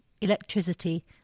electricity